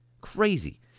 Crazy